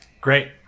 Great